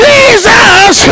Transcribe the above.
Jesus